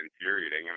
infuriating